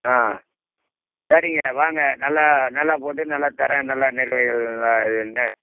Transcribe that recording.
ஆ சரிங்க வாங்க நல்லா நல்லா போட்டு நல்லா தர்றேன் நல்லா நிறுவையில் நல்லா இதுன்னு